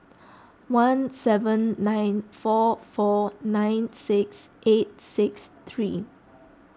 one seven nine four four nine six eight six three